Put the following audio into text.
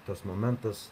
tas momentas